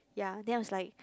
ya then was like